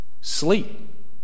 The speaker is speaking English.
sleep